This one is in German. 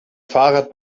fahrrad